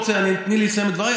תני לי לסיים את דבריי,